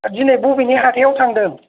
दिनै बबेनि हाथायाव थांदों